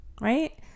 right